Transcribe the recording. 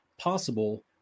possible